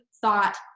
thought